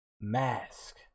Mask